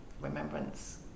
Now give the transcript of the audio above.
Remembrance